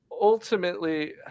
ultimately